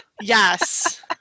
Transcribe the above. Yes